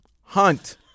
Hunt